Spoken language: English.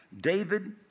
David